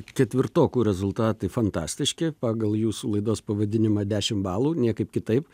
ketvirtokų rezultatai fantastiški pagal jūsų laidos pavadinimą dešim balų niekaip kitaip